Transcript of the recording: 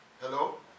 Hello